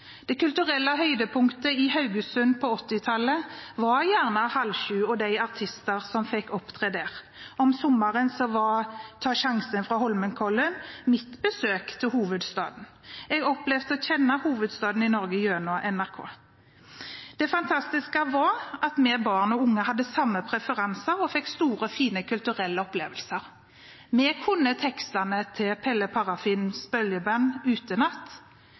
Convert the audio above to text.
Det kulturelle høydepunktet i Haugesund på 1980-tallet var gjerne «Halvsju» og de artistene som fikk opptre der. Om sommeren var «Ta sjansen» fra Holmenkollen mitt besøk til hovedstaden. Jeg opplevde å kjenne hovedstaden i Norge gjennom NRK. Det fantastiske var at vi barn og unge hadde samme preferanser og fikk store, fine kulturelle opplevelser. Vi kunne tekstene til